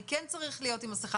אני כן צריך להיות עם מסכה?